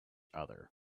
other